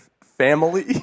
family